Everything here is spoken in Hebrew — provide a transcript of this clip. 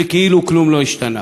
וכאילו כלום לא השתנה.